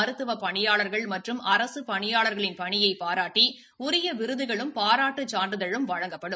மருத்துவ பணியாளர்கள் மற்றும் அரசு பணியாளர்களின் பணியை பாராட்டி உரிய விருதுகளும் பாராட்டு சான்றிதழும் வழங்கப்படும்